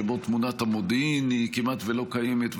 שבו תמונת המודיעין כמעט ולא קיימת,